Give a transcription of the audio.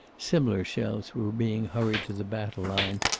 similar shells were being hurried to the battle line,